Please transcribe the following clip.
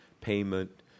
payment